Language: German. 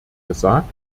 gesagt